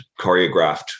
choreographed